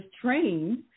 trained